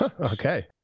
Okay